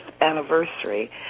anniversary